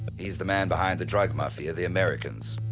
he's the man behind the drug mafia, the americans.